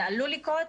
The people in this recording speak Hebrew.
זה עלול לקרות,